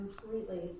completely